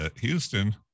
Houston